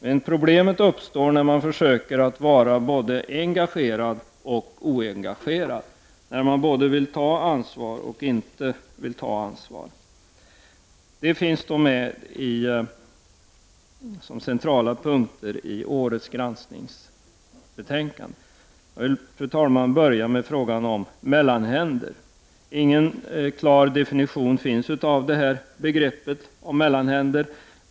Men problemet uppstår när man försöker vara både engagerad och oengagerad, när man både vill ta ansvar och inte vill ta ansvar. Om detta handlar centrala punkter i årets granskningsbetänkande. Jag vill, fru talman, börja med frågan om mellanhänder. Det finns ingen klar definition på begreppet mellanhänder.